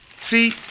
See